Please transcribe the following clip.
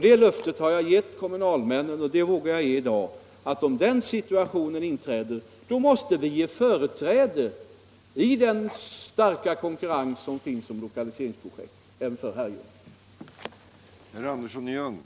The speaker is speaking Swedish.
Det löftet har jag gett kommunalmännen — och det vågar jag ge också i dag — att om den situationen inträder, måste vi i den stora konkurrens om lokaliseringsprojekt som föreligger ge företräde åt Herrljunga.